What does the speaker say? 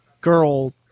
girl